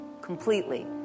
completely